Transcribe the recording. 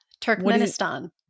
Turkmenistan